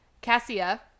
cassia